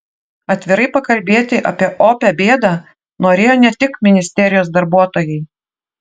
atvirai pakalbėti apie opią bėdą norėjo ne tik ministerijos darbuotojai